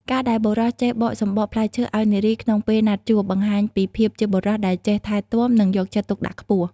ការដែលបុរសចេះបកសំបកផ្លែឈើឱ្យនារីក្នុងពេលណាត់ជួប បង្ហាញពីភាពជាបុរសដែលចេះថែទាំ និងយកចិត្តទុកដាក់ខ្ពស់។